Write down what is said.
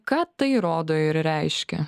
ką tai rodo ir reiškia